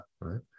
right